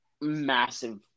massive